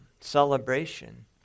celebration